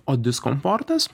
o diskomfortas